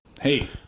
hey